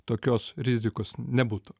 tokios rizikos nebūtų